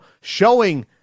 showing